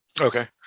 Okay